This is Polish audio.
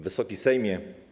Wysoki Sejmie!